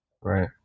right